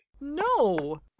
No